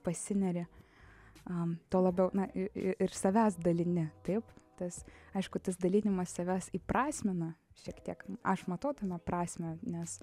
pasineri a tuo labiau na ir ir savęs dalini taip tas aišku tas dalinimas savęs įprasmina šiek tiek aš matau tame prasmę nes